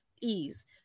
ease